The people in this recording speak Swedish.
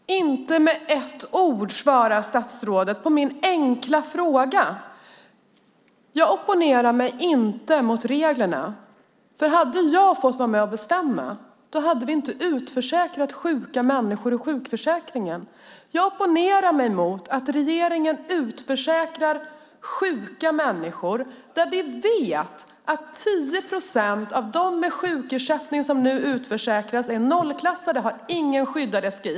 Fru talman! Inte med ett ord svarar statsrådet på min enkla fråga. Jag opponerar mig inte mot reglerna, för hade jag fått vara med och bestämma hade vi inte utförsäkrat sjuka människor ur sjukförsäkringen. Jag opponerar mig mot att regeringen utförsäkrar sjuka människor när vi vet att 10 procent av dem med sjukersättning som utförsäkras är nollklassade och alltså inte har någon skyddad SGI.